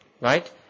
Right